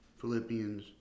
philippians